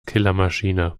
killermaschine